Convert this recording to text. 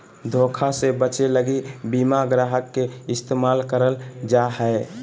धोखा से बचे लगी बीमा ग्राहक के इस्तेमाल करल जा हय